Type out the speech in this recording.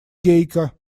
гейка